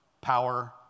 power